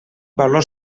valor